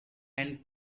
and